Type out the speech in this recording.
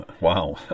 Wow